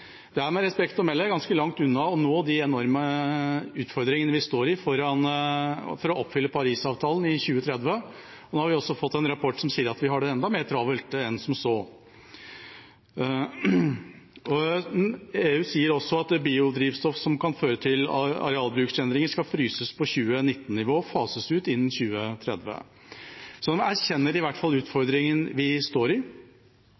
Det er med respekt å melde ganske langt unna å møte de enorme utfordringene vi har for å oppfylle Parisavtalen i 2030. Nå har vi fått en rapport som sier at vi har det enda mer travelt enn som så. EU sier også at biodrivstoff som kan føre til arealbruksendringer, skal fryses på 2019-nivå og fases ut innen 2030. Så en erkjenner i hvert fall utfordringen vi har. I